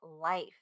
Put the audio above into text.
life